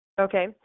Okay